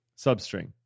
substring